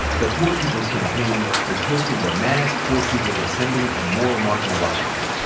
the poor people's campaign is hosting the mass poor people's assembly and moral march on washington.